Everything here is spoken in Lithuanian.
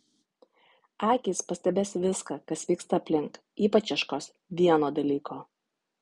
akys pastebės viską kas vyksta aplink ypač ieškos vieno dalyko